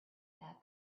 that